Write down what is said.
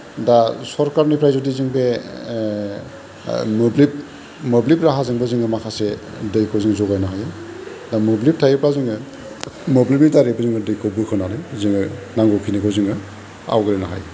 दा सरखारनिफ्राय जुदि जों बे मोब्लिब मोब्लिब राहाजोंबो जोङो माखासे दैखौ जों जगायनो हायो दा मोब्लिबा थायोबा जोङो मोब्लिबनि दारैबो जोङो दैखौ बोखोनानै जोङो नांगौखिनिखौ जोङो आवग्रिनो हायो